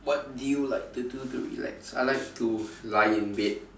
what do you like to do to relax I like to lie in bed